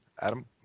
Adam